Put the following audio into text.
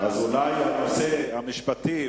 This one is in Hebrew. אולי הנושא המשפטי,